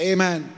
Amen